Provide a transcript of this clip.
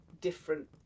different